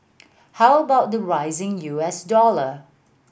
how about the rising U S dollar